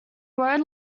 road